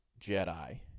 Jedi